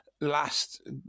last